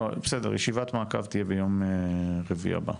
בסדר, ישיבת מעקב תהיה ביום רביעי הבא.